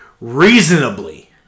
reasonably